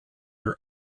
your